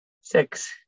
Six